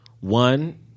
one